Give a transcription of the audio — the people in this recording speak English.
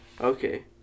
Okay